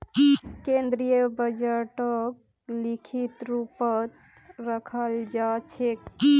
केन्द्रीय बजटक लिखित रूपतत रखाल जा छेक